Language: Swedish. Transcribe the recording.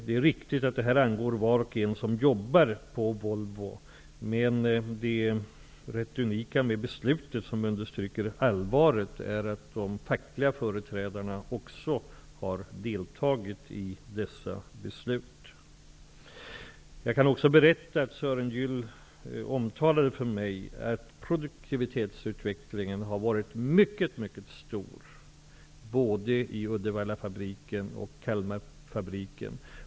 Det är riktigt att frågan om nedläggning angår var och en som jobbar på Volvo, men det unika, som understryker allvaret, är att de fackliga företrädarna också har deltagit i besluten. Jag kan berätta att Sören Gyll omtalade för mig att produktivitetsutvecklingen har varit mycket mycket god, både i Uddevallafabriken och i Kalmarfabriken.